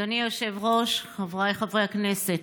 אדוני היושב-ראש, חבריי חברי הכנסת,